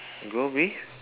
go with